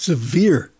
severe